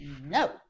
no